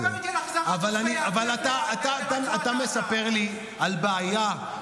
אבל אתה מספר לי על בעיה,